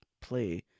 play